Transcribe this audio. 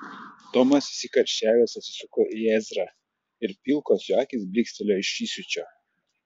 tomas įsikarščiavęs atsisuko į ezrą ir pilkos jo akys blykstelėjo iš įsiūčio